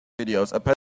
videos